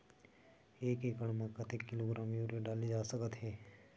एक एकड़ म कतेक किलोग्राम यूरिया डाले जा सकत हे?